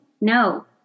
no